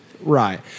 Right